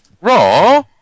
Raw